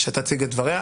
שתציג את דבריה.